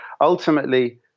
ultimately